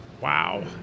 Wow